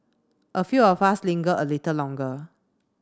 a few of us lingered a little longer